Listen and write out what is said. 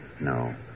No